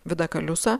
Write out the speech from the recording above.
vida kaliuca